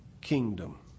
kingdom